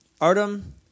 Artem